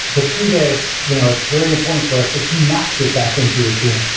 with keybase, you know it's very important for us that you not get back into your team,